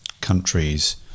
countries